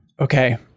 Okay